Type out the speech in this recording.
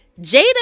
Jada